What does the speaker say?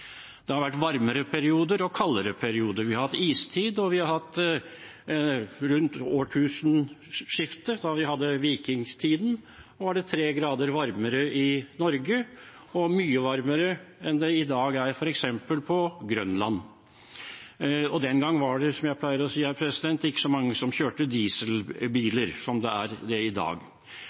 Det har vært varmere perioder og kaldere perioder. Vi har hatt istid, og rundt årtusenskiftet, da vi hadde vikingtiden, var det tre grader varmere i Norge og mye varmere enn det er i dag f.eks. på Grønland. Den gang var det, som jeg pleier å si, ikke så mange som kjørte dieselbiler som det er i dag.